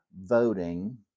voting